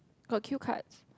got cue cards